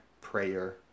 prayer